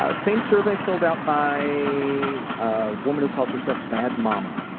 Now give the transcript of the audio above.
ah same survey filled out by a ah woman who calls herself bad mama.